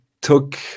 took